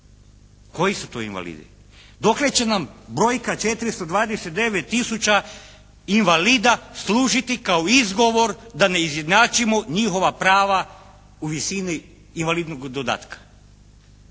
Koji su to invalidi? Dokle će nam brojka 429 tisuća invalida služiti kao izgovor da ne izjednačimo njihova prava u visini invalidnog dodatka.